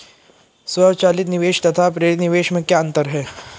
स्वचालित निवेश तथा प्रेरित निवेश में क्या अंतर है?